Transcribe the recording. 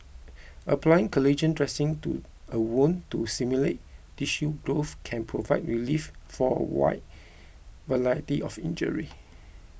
applying collagen dressings to a wound to stimulate tissue growth can provide relief for a wide variety of injuries